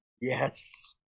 Yes